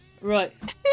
Right